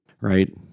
right